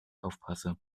aufpasse